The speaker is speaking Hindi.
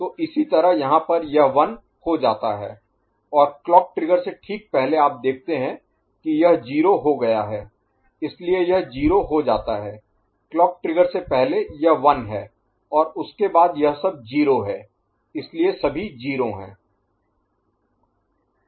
तो इसी तरह यहाँ पर यह 1 हो जाता है और क्लॉक ट्रिगर से ठीक पहले आप देखते हैं कि यह 0 हो गया है इसलिए यह 0 हो जाता है क्लॉक ट्रिगर से पहले यह 1 है और उसके बाद यह सब 0 है इसलिए सभी 0 हैं